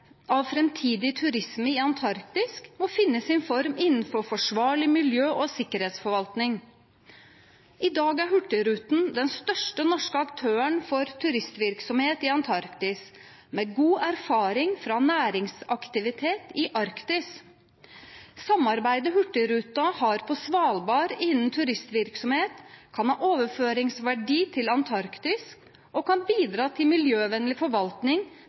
av framtidig turisme i Antarktis må finne sin form innenfor forsvarlig miljø- og sikkerhetsforvaltning. I dag er Hurtigruten den største norske aktøren for turistvirksomhet i Antarktis med god erfaring fra næringsaktivitet i Arktis. Samarbeidet Hurtigruten har på Svalbard innen turistvirksomhet, kan ha overføringsverdi til Antarktis, og kan bidra til miljøvennlig forvaltning